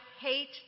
hate